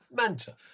Manta